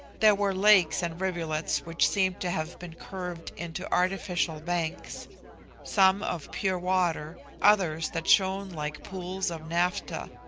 there were lakes and rivulets which seemed to have been curved into artificial banks some of pure water, others that shone like pools of naphtha.